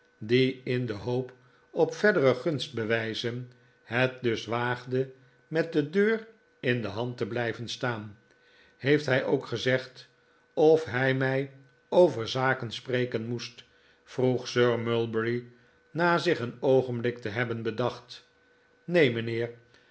die in de hoop op verdere gunstbewijzen het dus waagde met de deur in de hand te blijven staan heeft hij ook gezegd of hij mij over zaken spreken moest vroeg sir mulberry na zich een oogenblik te hebben bedacht neen mijnheer